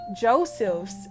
Joseph's